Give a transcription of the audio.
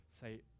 say